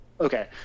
Okay